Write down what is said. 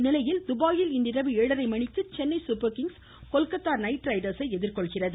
இந்நிலையில் துபாயில் இன்றிரவு ஏழரை மணிக்கு சென்னை சூப்பர் கிங்ஸ் கொல்கத்தா நைட்ரைடர்ஸை எதிர்கொள்கிறது